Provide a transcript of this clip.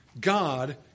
God